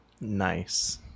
Nice